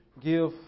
give